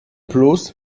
plus